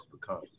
become